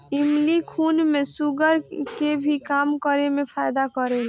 इमली खून में शुगर के भी कम करे में फायदा करेला